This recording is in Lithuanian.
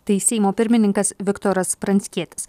tai seimo pirmininkas viktoras pranckietis